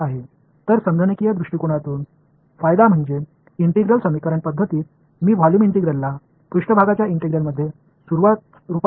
எனவே ஒரு கணக்கீட்டு பார்வையில் நன்மை என்னவென்றால் ஒரு இன்டெக்ரல் சமன்பாடு முறையில் இது போன்ற கோட்பாடுகளை பயன்படுத்தி ஒரு வால்யூம் இன்டெக்ரலை சா்பேஸ்இன்டெக்ரலாக மாற்றலாம்